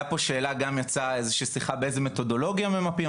גם יצאה איזושהי שיחה באיזה מתודולוגיה ממפים,